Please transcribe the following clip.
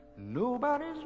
Nobody's